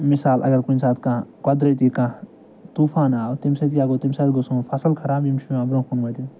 مِثال اَگر کُنہِ ساتہٕ کانٛہہ قۄدرتی کانٛہہ طوفان آو تَمہِ سۭتۍ کیٛاہ گوٚو تَمہِ سۭتۍ گوٚو سون فصل خراب یِم چھِ پٮ۪وان برٛونٛہہ کُن وٲتِتھ